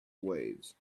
waves